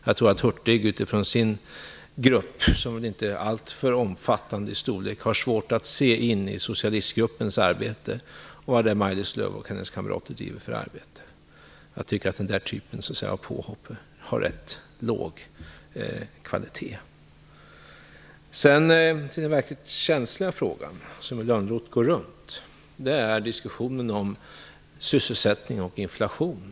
Jag tror att Hurtig utifrån sin grupp, som väl inte är alltför omfattande i storlek, har svårt att se in i socialistgruppen och vilket arbete Maj Lis Lööw och hennes kamrater där driver. Den där typen av påhopp har rätt låg kvalitet. Den verkligt känsliga frågan, som Lönnroth går runt, är diskussionen om sysselsättning och inflation.